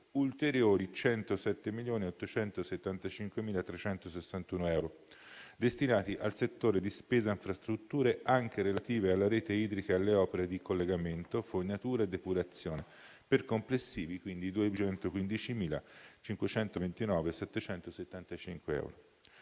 ulteriori 107.875.361 euro, destinati al settore di spesa infrastrutture anche relative alla rete idrica e alle opere di collegamento, fognature e depurazione per complessivi 215.529.775 euro.